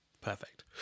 perfect